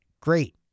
great